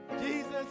Jesus